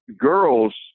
girls –